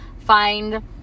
find